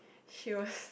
she was